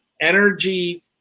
energy